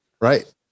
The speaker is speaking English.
Right